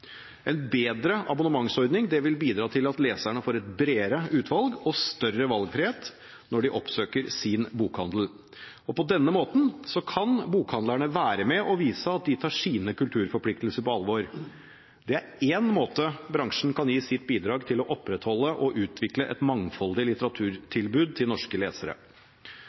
En bedre abonnementsordning vil bidra til at leserne får et bredere utvalg og større valgfrihet når de oppsøker sin bokhandel. På denne måten kan bokhandlerne være med og vise at de tar sine kulturforpliktelser på alvor. Det er én måte bransjen kan gi sitt bidrag til å opprettholde og utvikle et mangfoldig litteraturtilbud til norske lesere